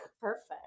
perfect